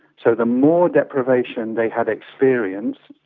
so the more deprivation they had experienced,